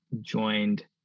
joined